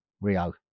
Rio